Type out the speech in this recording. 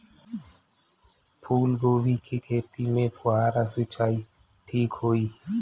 फूल गोभी के खेती में फुहारा सिंचाई ठीक होई?